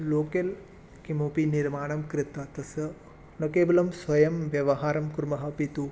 local किमपि निर्माणं कृत्वा तस्य न केवलं स्वयं व्यवहारं कुर्मः अपि तु